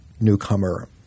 newcomer